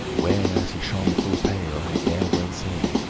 where as he shone full pale, i dare well sayn.